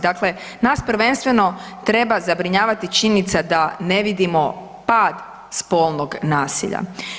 Dakle, nas prvenstveno treba zabrinjavati činjenica da ne vidimo pad spolnog nasilja.